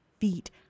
feet